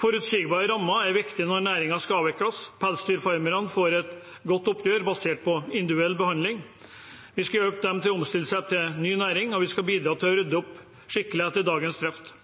Forutsigbare rammer er viktig når næringen skal avvikles. Pelsdyrfarmerne får et godt oppgjør basert på individuell behandling. Vi skal hjelpe dem til å omstille seg til en ny næring, og vi skal bidra til å rydde opp skikkelig etter dagens